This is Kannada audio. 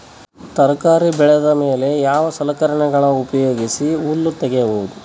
ತರಕಾರಿ ಬೆಳದ ಮೇಲೆ ಯಾವ ಸಲಕರಣೆಗಳ ಉಪಯೋಗಿಸಿ ಹುಲ್ಲ ತಗಿಬಹುದು?